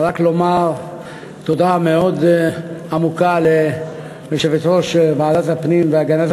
רק לומר תודה מאוד עמוקה ליושבת-ראש ועדת הפנים והגנת